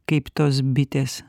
kaip tos bitės